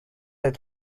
than